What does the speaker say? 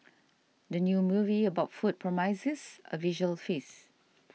the new movie about food promises a visual feast